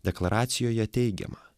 deklaracijoje teigiama